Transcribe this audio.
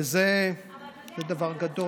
אבל אתה יודע,